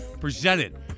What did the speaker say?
presented